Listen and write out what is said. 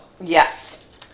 Yes